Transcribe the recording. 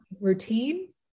routine